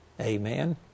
Amen